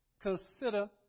consider